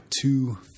two